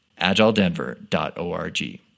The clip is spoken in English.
agiledenver.org